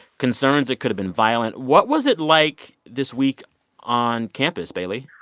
concerns it could've been violent. what was it like this week on campus, bailey?